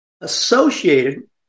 associated